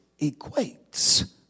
equates